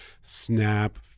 snap